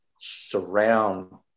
surround